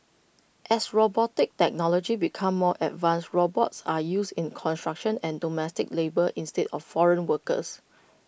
as robotic technology becomes more advanced robots are used in construction and domestic labour instead of foreign workers